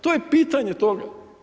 To je pitanje toga.